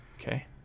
okay